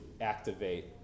activate